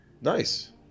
nice